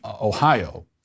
Ohio